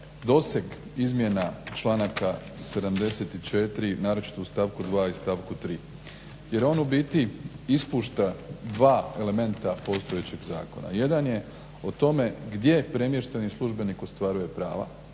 doseg izmjena članaka 74. naročito u stavku 2. i stavku 3., jer on ubiti ispušta 2 elementa postojećeg zakona. Jedan je o tome gdje premješteni službenik ostvaruje prava,